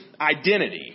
identity